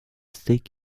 stick